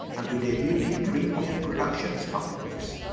and who debuted in dreamwave productions' comic books.